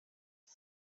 iki